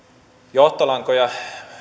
johtolankoja